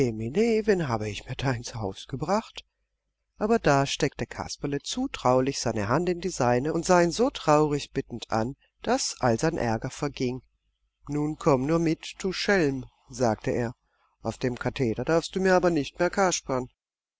habe ich mir da ins haus gebracht aber da steckte kasperle zutraulich seine hand in die seine und sah ihn so traurig bittend an daß all sein ärger verging nun komm nur mit du schelm sagte er auf dem katheder darfst du mir aber nicht mehr kaspern